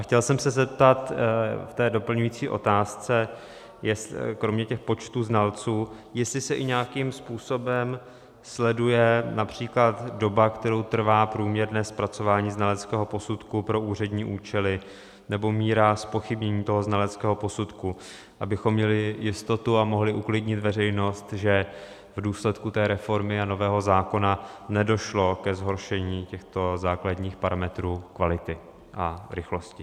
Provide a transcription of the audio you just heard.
Chtěl jsem se zeptat v doplňující otázce kromě počtu znalců, jestli se i nějakým způsobem sleduje například doba, kterou trvá průměrné zpracování znaleckého posudku pro úřední účely, nebo míra zpochybnění toho znaleckého posudku, abychom měli jistotu a mohli uklidnit veřejnost, že v důsledku reformy a nového zákona nedošlo ke zhoršení těchto základních parametrů kvality a rychlosti.